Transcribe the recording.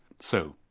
so,